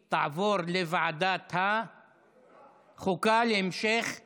לוועדת החוקה, חוק ומשפט נתקבלה.